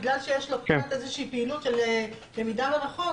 בגלל שיש לו איזושהי פעילות של למידה מרחוק,